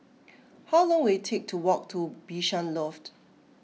how long will it take to walk to Bishan Loft